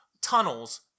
tunnels